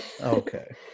Okay